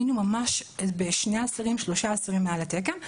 היינו ממש בשני אסירים שלושה אסירים מעל התקן,